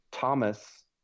Thomas